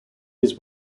his